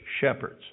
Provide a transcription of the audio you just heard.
shepherds